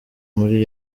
muri